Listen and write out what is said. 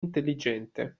intelligente